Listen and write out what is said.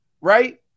right